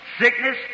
sickness